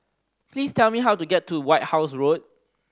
please tell me how to get to White House Road